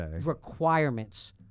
requirements